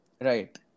right